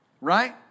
Right